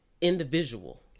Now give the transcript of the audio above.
individual